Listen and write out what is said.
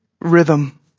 rhythm